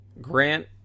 Grant